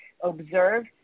observe